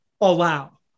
allow